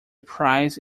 prize